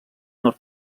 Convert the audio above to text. nord